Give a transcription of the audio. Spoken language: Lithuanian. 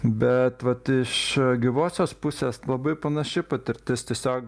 bet vat iš gyvosios pusės labai panaši patirtis tiesiog